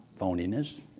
phoniness